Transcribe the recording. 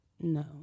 No